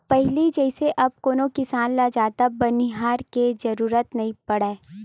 पहिली जइसे अब कोनो किसान ल जादा बनिहार के जरुरत नइ पड़य